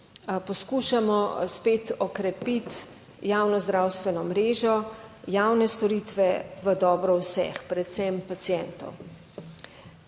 Poskušamo spet okrepiti javno zdravstveno mrežo, javne storitve v dobro vseh, predvsem pacientov.